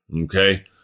Okay